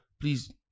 please